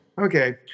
Okay